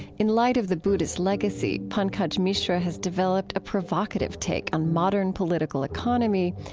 in light of the buddha legacy, pankaj mishra has developed a provocative take on modern political economy.